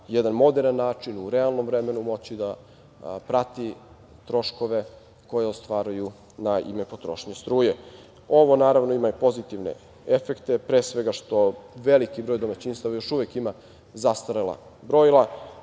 jedan moderan način, u realnom vremenu moći da prati troškove koje ostvaruju na ime potrošnje struje. Ovo, naravno, ima i pozitivne efekte, pre svega što veliki broj domaćinstava još uvek ima zastarela brojila,